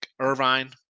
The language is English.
Irvine